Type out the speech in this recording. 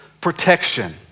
protection